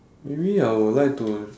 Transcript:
maybe I would like to